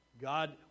God